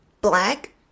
black